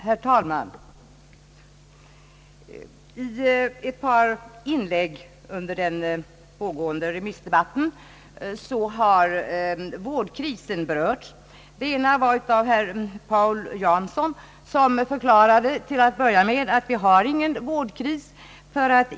Herr talman! I ett par inlägg i den pågående remissdebatten har vårdkrisen berörts. Det ena var av herr Paul Jansson, som till att börja med förklarade att vi inte har någon vårdkris.